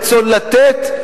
רצון לתת,